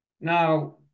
now